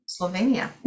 Slovenia